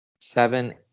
Seven